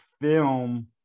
film